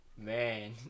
Man